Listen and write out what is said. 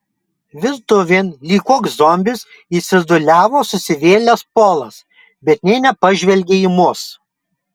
virtuvėn lyg koks zombis įsvirduliavo susivėlęs polas bet nė nepažvelgė į mus